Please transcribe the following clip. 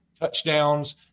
touchdowns